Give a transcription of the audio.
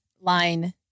line